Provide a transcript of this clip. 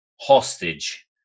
hostage